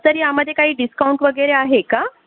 sir यामधे काही discount वगैरे आहे का